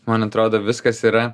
man atrodo viskas yra